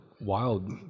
wild